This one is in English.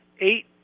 eight